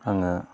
आङो